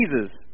Jesus